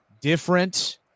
different